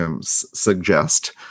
suggest